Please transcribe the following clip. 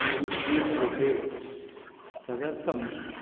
पु सूच्यते तदर्थं